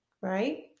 right